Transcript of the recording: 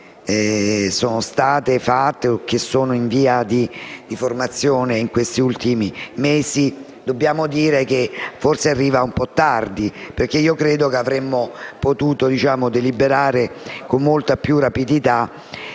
sono tenute o che sono in via di formazione in questi ultimi mesi, forse arriva un po' tardi. Infatti credo che avremmo potuto deliberare con molta più rapidità,